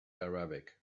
arabic